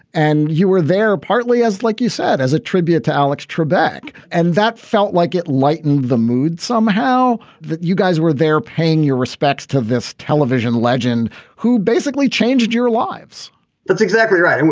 and you were there partly as like you said, as a tribute to alex trebek. and that felt like it lighten the mood somehow. you guys were there paying your respects to this television legend who basically changed your lives that's exactly right. and